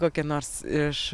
kokį nors iš